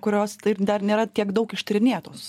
kurios tai dar nėra tiek daug ištyrinėtos